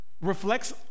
reflects